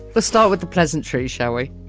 let's start with the pleasantry, shall we?